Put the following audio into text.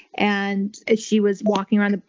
and as she was walking around, ah